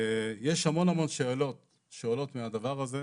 יש המון המון שאלות שעולות מהדבר הזה.